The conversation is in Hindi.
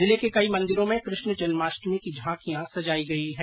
जिले के कई मन्दिरो में कृष्ण जन्माष्टमी की झांकिया सजाई गई है